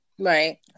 Right